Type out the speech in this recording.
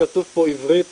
כתוב פה בעברית